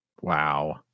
Wow